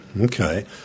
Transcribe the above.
okay